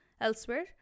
Elsewhere